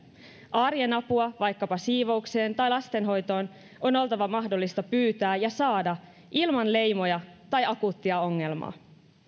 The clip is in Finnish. arjen apua vaikkapa siivoukseen tai lastenhoitoon on oltava mahdollista pyytää ja saada ilman leimoja tai akuuttia ongelmaa